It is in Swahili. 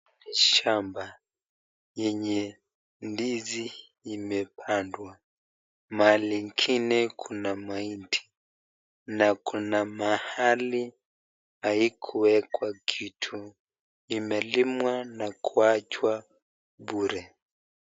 Shamba yenye ndizi enye imepandwa. Maali ingine kuna mahindi, na kuna mahali haikuwekwa kitu. Imelimwa na kuachwa bure.